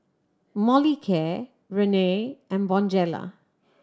Molicare Rene and Bonjela